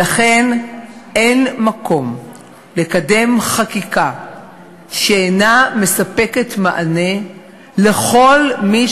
לכן אין מקום לקדם חקיקה שאינה מספקת מענה לכל מי